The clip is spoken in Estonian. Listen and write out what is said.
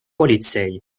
politsei